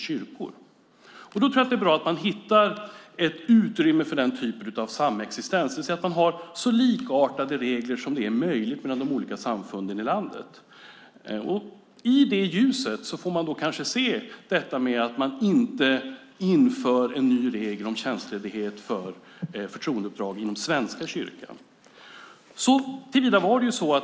Då tror jag att det är bra att man hittar ett utrymme för den typen av samexistens, det vill säga att man har så likartade regler som möjligt mellan de olika samfunden i landet. I ljuset av det kanske man inte ska införa en ny regel om tjänstledighet för förtroendeuppdrag inom Svenska kyrkan.